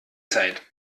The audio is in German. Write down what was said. zeit